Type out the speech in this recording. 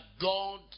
God